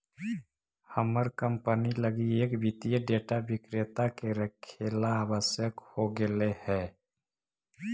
हमर कंपनी लगी एक वित्तीय डेटा विक्रेता के रखेला आवश्यक हो गेले हइ